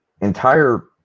entire